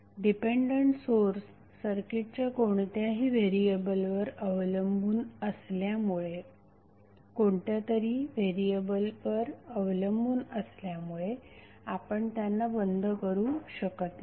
dependent source सर्किटच्या कोणत्यातरी व्हेरिएबलवर अवलंबून असल्यामुळे आपण त्यांना बंद करू शकत नाही